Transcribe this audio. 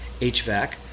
HVAC